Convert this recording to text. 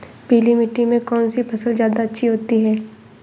पीली मिट्टी में कौन सी फसल ज्यादा अच्छी होती है?